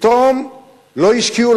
פתאום לא השקיעו,